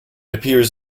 appears